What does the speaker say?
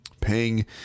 Paying